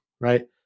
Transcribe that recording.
right